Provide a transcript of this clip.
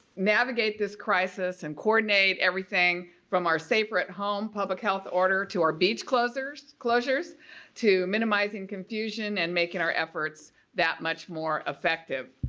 navigate this crisis and coordinate everything. from our safer at home public health order to our beach closures closures to minimizing confusion and making our efforts that much more effective.